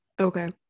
Okay